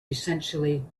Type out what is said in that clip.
essentially